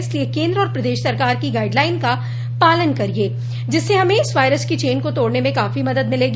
इसलिए केंद्र और प्रदेश सरकार की गाइड लाइन का पालन करिये जिससे हमें इस वायरस की चेन को तोड़ने में काफी मदद मिलेगी